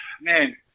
man